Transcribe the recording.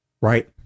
right